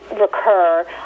recur